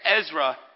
Ezra